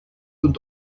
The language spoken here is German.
und